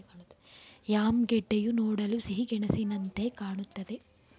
yam ಗೆಡ್ಡೆಯು ನೋಡಲು ಸಿಹಿಗೆಣಸಿನಂತೆಯೆ ಕಾಣುತ್ತದೆ